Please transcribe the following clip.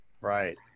Right